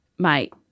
Mate